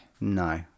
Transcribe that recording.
No